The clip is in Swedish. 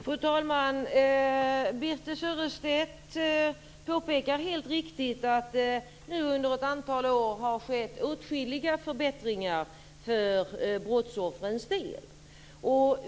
Fru talman! Birthe Sörestedt påpekar helt riktigt att det nu under ett antal år har skett åtskilliga förbättringar för brottsoffrens del.